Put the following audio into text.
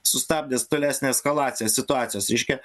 sustabdęs tolesnę eskalaciją situacijos reiškia